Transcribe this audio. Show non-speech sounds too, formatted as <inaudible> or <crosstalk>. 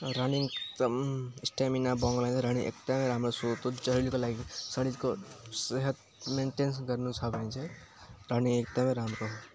running एकदम stamina बढाउनुलाई running एकदमै राम्रो हो <unintelligible> शरीरको सेहत मेनटेनेन्स गर्नुछ भने चाहिँ रनिङ एकदमै राम्रो हो